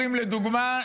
לדוגמה,